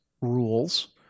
rules